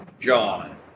John